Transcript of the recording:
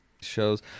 shows